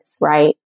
right